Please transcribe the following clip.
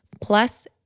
Plus